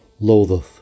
loatheth